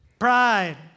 Pride